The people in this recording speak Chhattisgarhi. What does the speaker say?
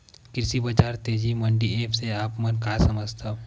कृषि बजार तेजी मंडी एप्प से आप मन का समझथव?